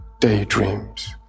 daydreams